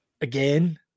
again